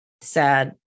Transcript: sad